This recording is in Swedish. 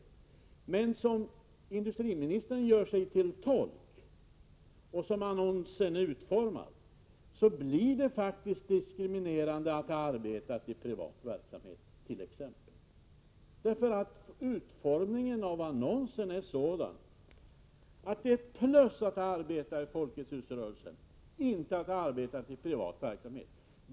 Men den åsikt som industriministern gör sig till tolk för och annonsens utformning innebär att man faktiskt blir diskriminerad om man har arbetat i privat verksamhet. Utformingen av annonsen är sådan att det är ett plus att ha arbetat i Folkets Hus-rörelsen — inte att ha arbetat i privat verksamhet.